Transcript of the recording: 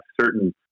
certain